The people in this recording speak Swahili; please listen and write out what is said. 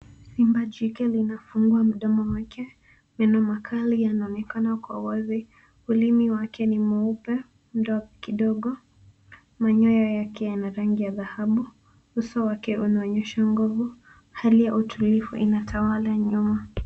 Simba jike linafungua mdomo wake, meno makali yanaonekana kwa wazi. ulimi wake ni mweupe kidogo, manyoya yake yana rangi ya dhahabu. Uso wake unaonyesha nguvu. Hali ya utulivu inatawala nyuma.